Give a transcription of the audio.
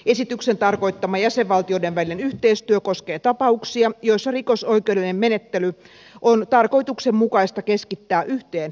esityksen tarkoittama jäsenvaltioiden välinen yhteistyö koskee tapauksia joissa rikosoikeudellinen menettely on tarkoituksenmukaista keskittää yhteen jäsenvaltioon